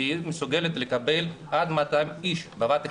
מסוגל לקבל עד 200 איש בבת אחת,